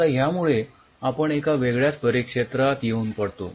आता यामुळे आपण एका वेगळ्याच परिक्षेत्रात येऊन पडतो